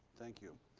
thank you.